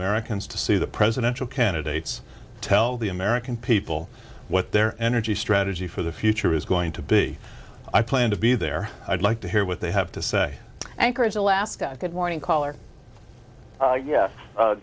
americans to see the presidential candidates tell the american people what their energy strategy for the future is going to be i plan to be there i'd like to hear what they have to say anchorage alaska good morning caller